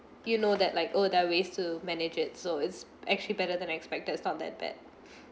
you know that like oh that way to manage it so it's actually better than expected is not that bad